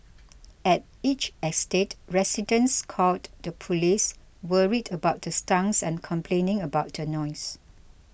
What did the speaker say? at each estate residents called the police worried about the stunts and complaining about the noise